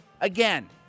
again